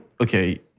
Okay